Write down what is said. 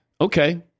okay